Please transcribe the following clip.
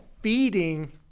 feeding